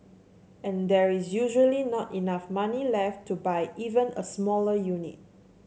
and there is usually not enough money left to buy even a smaller unit